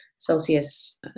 Celsius